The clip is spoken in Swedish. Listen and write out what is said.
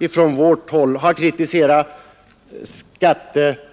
gjort ett dugg åt 1970 års skattepaket.